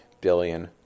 billion